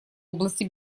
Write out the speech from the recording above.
области